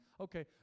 Okay